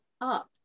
up